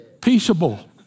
Peaceable